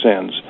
sins